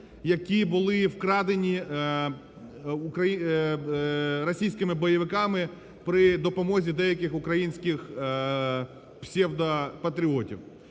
які були вкрадені російськими бойовиками при допомозі деяких українських псевдопатріотів.